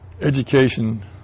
Education